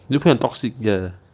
你们会很 toxic 的